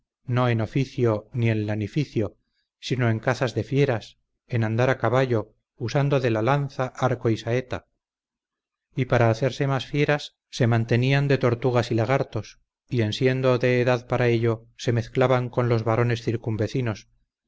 no en ocio ni en lanificio sino en cazas de fieras en andar a caballo usando de la lanza arco y saeta y para hacerse más fieras se mantenían de tortugas y lagartos y en siendo de edad para ello se mezclaban con los varones circunvecinos